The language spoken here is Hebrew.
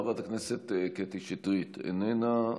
חברת הכנסת קטי שטרית, איננה.